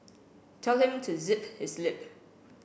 tell him to zip his lip